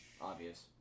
Obvious